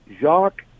Jacques